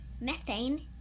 methane